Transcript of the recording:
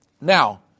Now